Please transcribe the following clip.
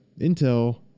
Intel